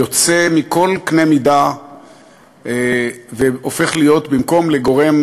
יוצא מכל קנה מידה והופך להיות במקום גורם